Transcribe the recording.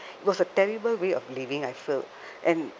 it was a terrible way of leaving I feel and